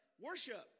worship